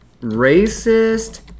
racist